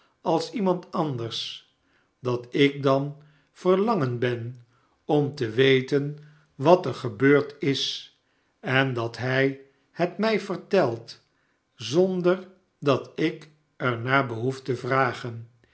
als iemand anders dat ik dan verlangend ben om te weten wat er gebeurd is en dat hij het mij vertelt zonder dat ik er naar behoef te vragen